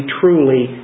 truly